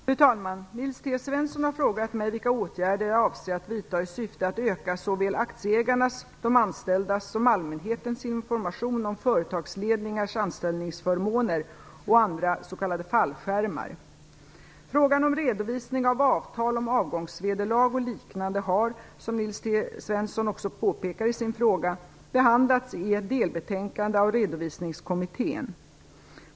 Fru talman! Nils T Svensson har frågat mig vilka åtgärder jag avser att vidta i syfte att öka såväl aktieägarnas som de anställdas och allmänhetens information om företagsledningarnas anställningsförmåner och andra s.k. fallskärmar. Frågan om redovisning av avtal om avgångsvederlag och liknande har, som Nils T Svensson också påpekar i sin fråga, behandlats i ett delbetänkande av Redovisningskommittén .